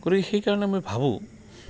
গতিকে সেইকাৰণে মই ভাবোঁ